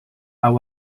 are